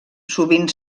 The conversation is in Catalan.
sovint